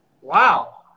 wow